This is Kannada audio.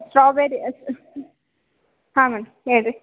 ಸ್ಟ್ರಾಬೆರಿ ಹಾಂ ಮ್ಯಾಮ್ ಹೇಳಿ ರೀ